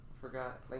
Forgot